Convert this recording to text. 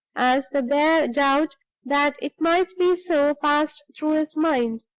as the bare doubt that it might be so passed through his mind.